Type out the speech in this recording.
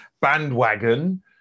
bandwagon